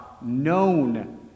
known